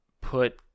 Put